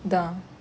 ya